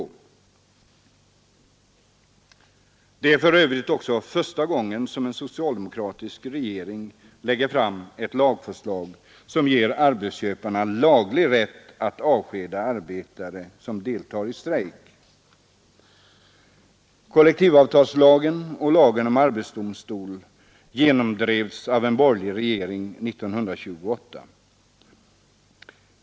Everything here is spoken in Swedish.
Det är för övrigt också första gången som en socialdemokratisk regering lägger fram ett förslag som ger arbetsköparna laglig rätt att avskeda arbetare som deltar i strejk. Kollektivavtalslagen och lagen om arbetsdomstol genomdrevs av en borgerlig regering 1928.